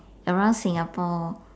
around Singapore